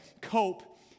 cope